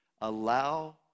allow